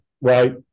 Right